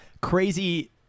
crazy